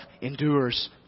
endures